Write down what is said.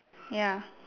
ya